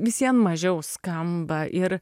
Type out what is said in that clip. visvien mažiau skamba ir